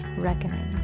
reckoning